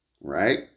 right